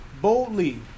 boldly